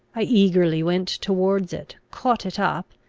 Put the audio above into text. i eagerly went towards it, caught it up,